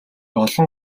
олон